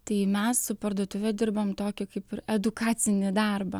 tai mes su parduotuve dirbam tokį kaip ir edukacinį darbą